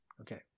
okay